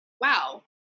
wow